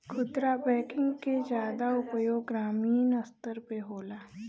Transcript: खुदरा बैंकिंग के जादा उपयोग ग्रामीन स्तर पे होला